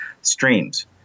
streams